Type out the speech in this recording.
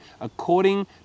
according